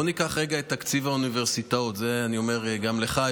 בוא ניקח רגע את תקציב האוניברסיטאות אני אומר גם לך,